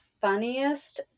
funniest